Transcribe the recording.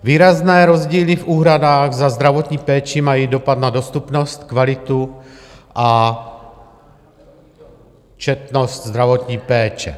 Výrazné rozdíly v úhradách za zdravotní péči mají dopad na dostupnost, kvalitu a četnost zdravotní péče.